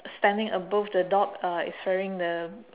standing above the dog uh is wearing the